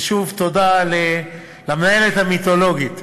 ושוב תודה למנהלת המיתולוגית,